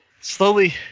slowly